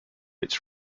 its